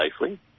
safely